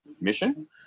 mission